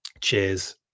Cheers